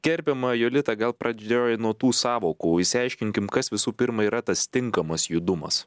gerbiama jolita gal pradžioj nuo tų sąvokų išsiaiškinkim kas visų pirma yra tas tinkamas judumas